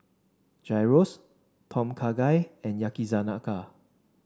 Gyros Tom Kha Gai and Yakizakana